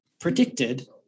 predicted